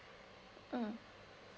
mm